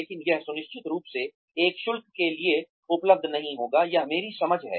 लेकिन यह निश्चित रूप से एक शुल्क के लिए उपलब्ध नहीं होगा यह मेरी समझ है